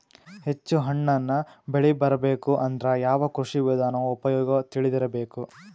ಹೆಚ್ಚು ಹಣ್ಣನ್ನ ಬೆಳಿ ಬರಬೇಕು ಅಂದ್ರ ಯಾವ ಕೃಷಿ ವಿಧಾನ ಉಪಯೋಗ ತಿಳಿದಿರಬೇಕು?